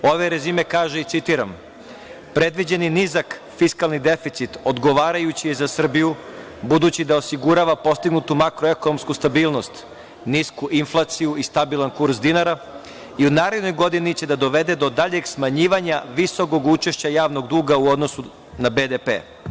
Ovaj rezime kaže i citiram – predviđeni nizak fiskalni deficit, odgovarajući je za Srbiju budući da osigurava postignutu makroekonomsku stabilnost, nisku inflaciju i stabilan kurs dinara i u narednoj godini će da dovede do daljeg smanjivanja visokog učešća javnog duga u odnosu na BDP.